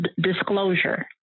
Disclosure